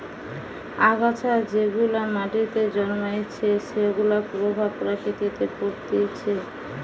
আগাছা যেগুলা মাটিতে জন্মাইছে সেগুলার প্রভাব প্রকৃতিতে পরতিছে